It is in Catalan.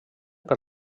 per